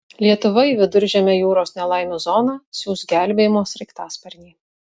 lietuva į viduržemio jūros nelaimių zoną siųs gelbėjimo sraigtasparnį